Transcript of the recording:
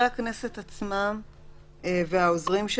עבודה.